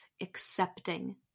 accepting